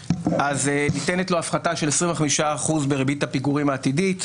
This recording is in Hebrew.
ניתנת לו הפחתה של 25% בריבית הפיגורים העתידית,